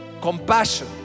Compassion